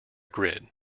grid